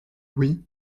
oui